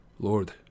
Lord